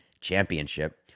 Championship